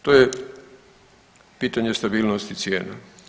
To je pitanje stabilnosti cijena.